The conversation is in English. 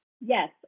Yes